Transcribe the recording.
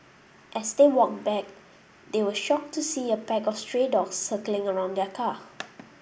as they walked back they were shocked to see a pack of stray dogs circling around their car